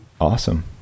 Awesome